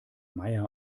meier